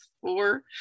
four